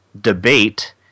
debate